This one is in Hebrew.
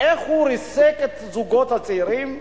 איך הוא ריסק את הזוגות הצעירים,